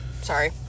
sorry